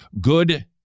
Good